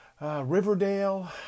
Riverdale